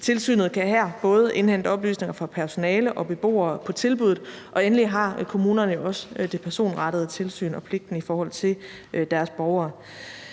Tilsynet kan her både indhente oplysninger fra personale og beboere på tilbuddet, og endelig har kommunerne jo også det personrettede tilsyn og pligten i forhold til deres borgere.